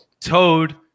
Toad